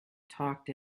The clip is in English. talked